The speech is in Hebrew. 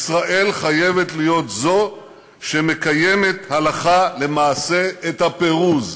ישראל חייבת להיות זאת שמקיימת הלכה למעשה את הפירוז,